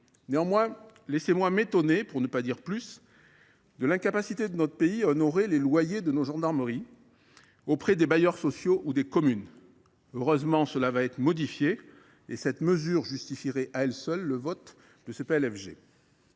Néanmoins, laissez moi m’étonner, pour ne pas dire plus, de l’incapacité de notre pays à honorer les loyers de nos gendarmeries auprès des bailleurs sociaux ou des communes. Heureusement, cela va être modifié – et cette mesure justifierait, à elle seule, le vote de ce PLFG.